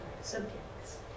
subjects